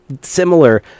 similar